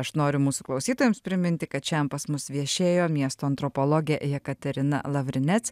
aš noriu mūsų klausytojams priminti kad šian pas mus viešėjo miesto antropologė jekaterina lavrinec